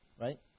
right